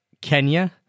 Kenya